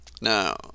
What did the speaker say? Now